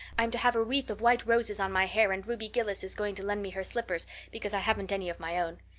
i'm to have a wreath of white roses on my hair and ruby gillis is going to lend me her slippers because i haven't any of my own.